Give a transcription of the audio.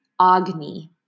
Agni